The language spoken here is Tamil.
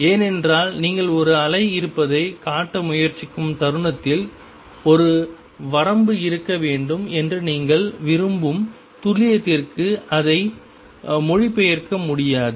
ஏனென்றால் நீங்கள் ஒரு அலை இருப்பதைக் காட்ட முயற்சிக்கும் தருணத்தில் ஒரு வரம்பு இருக்க வேண்டும் என்று நீங்கள் விரும்பும் துல்லியத்திற்கு அதை மொழிபெயர்க்க முடியாது